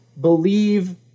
believe